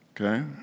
Okay